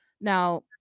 Now